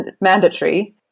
mandatory